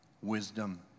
Wisdom